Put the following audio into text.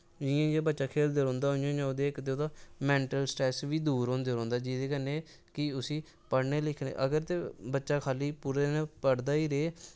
जि'यां जि'यां बच्चा खेलदा रौंह्दा उ'आं उ'आं इक ते मैंन्टल स्ट्रैस बी दूर होंदा रौंह्दा जेह्दे कन्नै उस्सी पढ़ने लिखने अगर ते बच्चा खाल्ली पूरे दिन पढ़दा गै रेह्